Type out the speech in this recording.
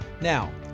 Now